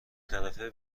طرفه